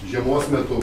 žiemos metu